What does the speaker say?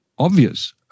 obvious